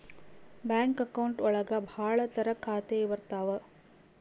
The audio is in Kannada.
ಬ್ಯಾಂಕ್ ಅಕೌಂಟ್ ಒಳಗ ಭಾಳ ತರ ಖಾತೆ ಬರ್ತಾವ್